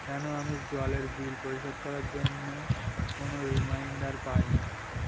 কেন আমি জলের বিল পরিশোধ করার জন্য কোনো রিমাইন্ডার পাই নি